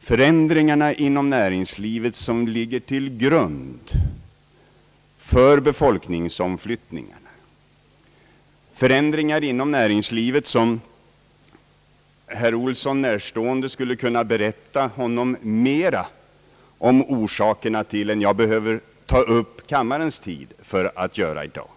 förändringarna inom näringslivet som ligger till grund för befolkningsomflyttningen, förändringar inom näringslivet som herr Olsson närstående skulle kunna berätta mera om orsakerna till än jag behöver ta upp kammarens tid för att göra i dag.